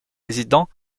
résidents